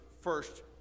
first